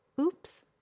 Oops